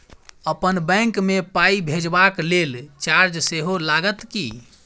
अप्पन बैंक मे पाई भेजबाक लेल चार्ज सेहो लागत की?